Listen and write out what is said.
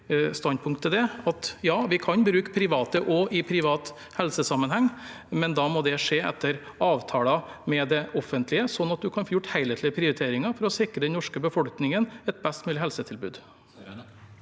Ja, vi kan bruke private også i privat helsesammenheng, men da må det skje etter avtaler med det offentlige, slik at det blir gjort helhetlige prioriteringer for å sikre den norske befolkningen et best mulig helsetilbud.